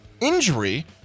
injury